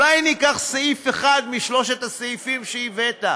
או אולי ניקח סעיף אחד משלושת הסעיפים שהבאת,